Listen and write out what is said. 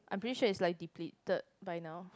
I'm pretty sure it's like depleted by now